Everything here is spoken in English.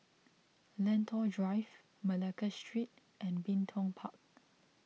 Lentor Drive Malacca Street and Bin Tong Park